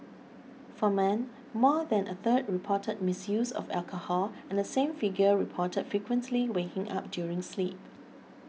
for men more than a third reported misuse of alcohol and the same figure reported frequently waking up during sleep